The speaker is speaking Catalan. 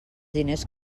diners